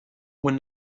when